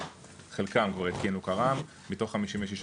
חלקם כבר התקינו קר"מ מתוך 56,